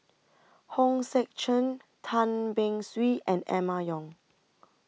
Hong Sek Chern Tan Beng Swee and Emma Yong